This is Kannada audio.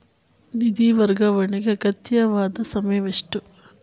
ನಿಧಿ ವರ್ಗಾವಣೆಗೆ ಅಗತ್ಯವಾದ ಸಮಯವೆಷ್ಟು?